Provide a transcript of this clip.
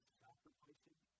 sacrificing